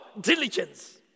diligence